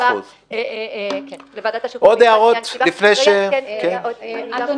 זה הרכב שמורכב ברובו ממשפטנים ואנחנו